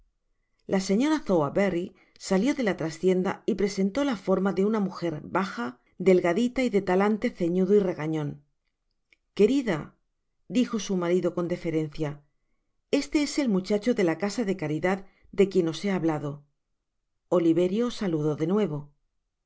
la señora sowerberry salió de la trastienda y presentó la forma de una muger baja delgadila y de talante ceñudo y regañon querida dijo su marido con deferenciaeste es el muchacho de la casa de caridad de quien os he hablado oliverio saludó de nuevo